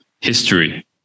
history